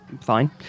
fine